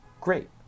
great